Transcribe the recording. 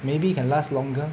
maybe it can last longer